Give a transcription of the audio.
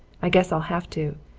i guess i'll have to.